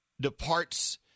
departs